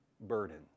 burden